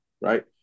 Right